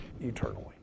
eternally